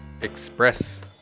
Express